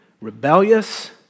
rebellious